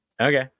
Okay